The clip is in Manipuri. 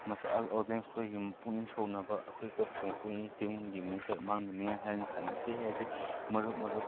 ꯑꯣꯗꯤꯌꯦꯟꯁ ꯈꯣꯏꯒꯤ ꯄꯨꯛꯅꯤꯡ ꯁꯣꯛꯅꯕ ꯑꯩꯈꯣꯏ ꯀꯣꯆꯀꯤ ꯄꯨꯛꯅꯤꯡ ꯇꯤꯝꯒꯤ ꯃꯤꯡꯆꯠ ꯃꯥꯡꯗꯅꯤꯡꯉꯥꯏ ꯍꯥꯏꯅ ꯁꯥꯟꯅꯁꯦ ꯍꯥꯏꯔꯗꯤ ꯃꯔꯨꯞ ꯃꯔꯨꯞ